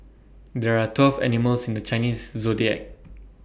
there are twelve animals in the Chinese Zodiac